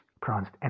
pronounced